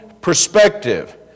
perspective